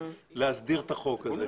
להסדיר את החוק הזה.